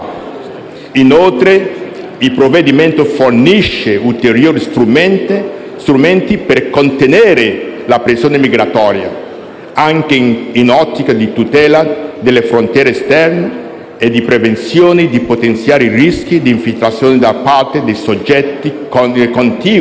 Inoltre, il provvedimento fornisce ulteriori strumenti per contenere la pressione migratoria, anche in un'ottica di tutela delle frontiere esterne e di prevenzione di potenziali rischi di infiltrazioni da parte di soggetti contigui